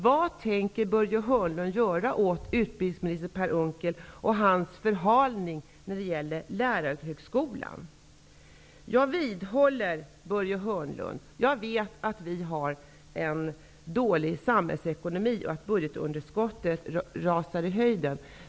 Vad tänker Börje Hörnlund göra åt utbildningsminister Per Unckel och hans förhalning när det gäller lärarhögskolan? Jag vet att vi har en dålig samhällsekonomi och att budgetunderskottet ökar kraftigt.